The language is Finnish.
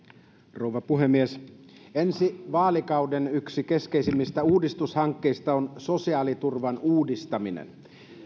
rouva puhemies ensi vaalikauden yksi keskeisimmistä uudistushankkeista on sosiaaliturvan uudistaminen